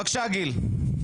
בבקשה, גיל.